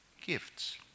gifts